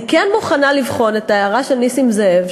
אני כן מוכנה לבחון את ההערה של נסים זאב,